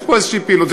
ויש פה פעילות כלשהי,